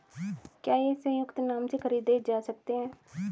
क्या ये संयुक्त नाम से खरीदे जा सकते हैं?